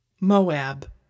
Moab